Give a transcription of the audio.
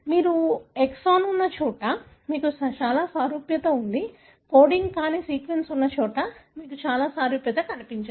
మీకు ఎక్సాన్ ఉన్నచోట మీకు చాలా ఎక్కువ సారూప్యత ఉంది కోడింగ్ కాని సీక్వెన్స్ ఉన్న చోట మీకు చాలా సారూప్యత కనిపించదు